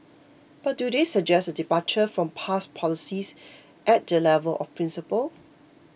but do they suggest a departure from past policies at the level of principle